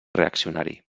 reaccionari